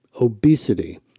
obesity